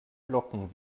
locken